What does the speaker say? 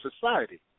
society